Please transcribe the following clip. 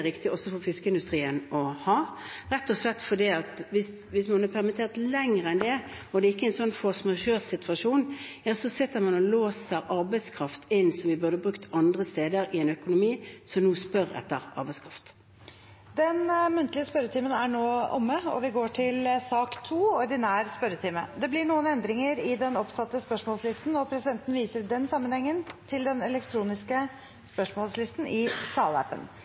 riktig også for fiskeindustrien å ha, rett og slett fordi man, hvis man er permittert lenger enn det – og det ikke er en force majeure-situasjon – låser arbeidskraft som vi burde brukt andre steder, i en økonomi som nå spør etter arbeidskraft. Den muntlige spørretimen er nå omme. Det blir noen endringer i den oppsatte spørsmålslisten, og presidenten viser i den sammenheng til den elektroniske spørsmålslisten i salappen.